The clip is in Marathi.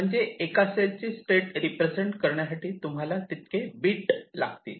म्हणजे एका सेलची स्टेट रिप्रेझेंट करण्यासाठी तुम्हाला तितके बीट लागतील